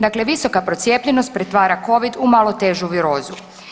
Dakle, visoka procijepljenost pretvara covid u malo težu virozu.